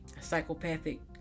psychopathic